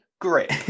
great